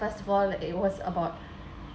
first of all it was about